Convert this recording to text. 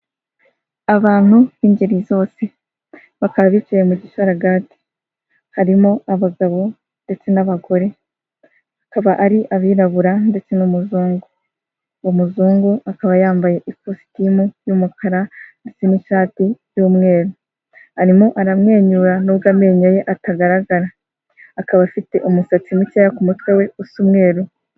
Abantu b'ingeri zose bakaba bicaye mu gisharagati harimo abagabo ndetse n'abagore bakaba ari abirabura ndetse n'umuzungu, uwo muzungu akaba yambaye ikositimu y'umukara ndetse n'ishati y'umweru, arimo aramwenyura nubwo amenyo ye atagaragara akaba afite umusatsi mukeya ku mutwe wesa umweru.